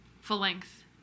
Full-length